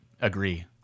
agree